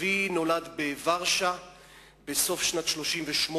אבי נולד בוורשה בסוף שנת 1938,